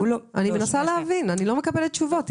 אני מנסה להבין, אני לא מקבלת תשובות.